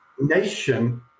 nation